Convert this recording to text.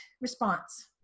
response